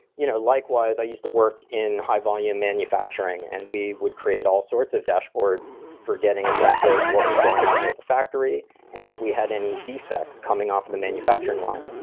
you know likewise, i used to work in high volume manufacturing and we would create all sorts of dashboards for getting a sense of what was going on with a factory and if we had any defects coming off from the manufacturing line.